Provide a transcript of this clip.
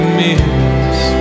miss